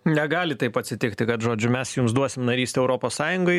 negali taip atsitikti kad žodžiu mes jums duosim narystę europos sąjungoj